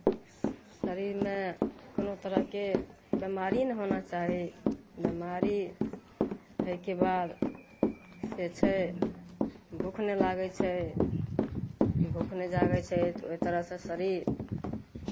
शरीरमे कोनो तरहके बेमारी ने होना चाही बेमारी होइके बाद जे छै भूख नहि लागै छै भूख नहि जागै छै तऽ ओहि तरहसँ शरीर